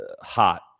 hot